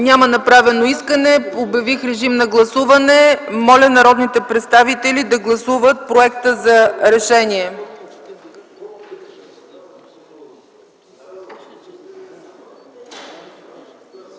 Няма направено искане за изказване. Обявих режим на гласуване. Моля народните представители да гласуват Проекта за решение.